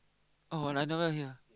oh and I never hear